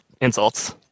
insults